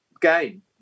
game